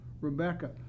Rebecca